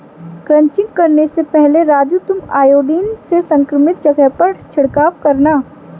crutching करने से पहले राजू तुम आयोडीन से संक्रमित जगह पर छिड़काव करना